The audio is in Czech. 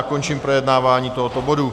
Končím projednávání tohoto bodu.